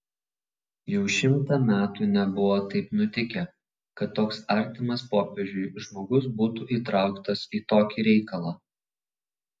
jau šimtą metų nebuvo taip nutikę kad toks artimas popiežiui žmogus būtų įtraukas į tokį reikalą